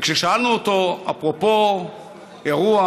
כששאלנו אותו אפרופו אירוע